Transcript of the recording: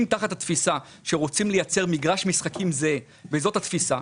אם תחת התפיסה שרוצים לייצר מגרש משחקים זהה וזאת התפיסה,